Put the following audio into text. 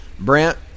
Brant